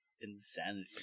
insanity